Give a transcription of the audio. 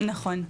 נכון.